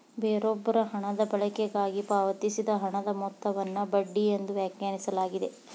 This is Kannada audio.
ಬೇರೊಬ್ಬರ ಹಣದ ಬಳಕೆಗಾಗಿ ಪಾವತಿಸಿದ ಹಣದ ಮೊತ್ತವನ್ನು ಬಡ್ಡಿ ಎಂದು ವ್ಯಾಖ್ಯಾನಿಸಲಾಗಿದೆ